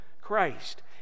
Christ